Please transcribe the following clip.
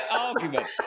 argument